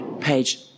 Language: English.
page